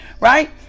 Right